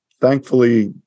thankfully